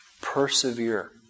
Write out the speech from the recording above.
Persevere